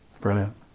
Brilliant